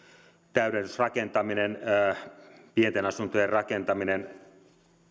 täydennysrakentaminen ja pienten asuntojen rakentaminen